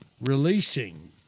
releasing